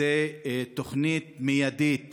זו תוכנית מיידית